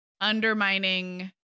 undermining